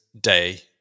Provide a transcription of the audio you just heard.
day